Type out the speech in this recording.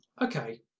Okay